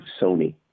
Sony